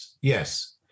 Yes